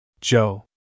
Joe